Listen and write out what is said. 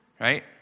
right